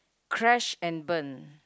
crash and burn